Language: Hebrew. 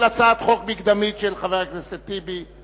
הצעת חוק מקדמית של חבר הכנסת טיבי.